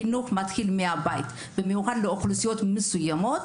חינוך מתחיל מהבית, במיוחד לאוכלוסיות מסוימות